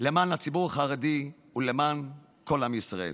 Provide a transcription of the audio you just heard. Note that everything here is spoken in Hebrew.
למען הציבור החרדי ולמען כל עם ישראל.